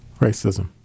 racism